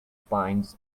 binds